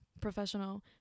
professional